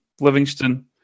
Livingston